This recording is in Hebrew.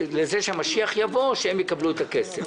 לזה שהמשיח יבוא או לזה שהם יקבלו את הכסף?